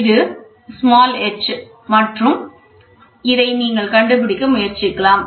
இது h மற்றும் இதை நீங்கள் கண்டுபிடிக்க முயற்சிக்கலாம்